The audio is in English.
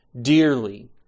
dearly